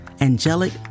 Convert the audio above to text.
angelic